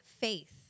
faith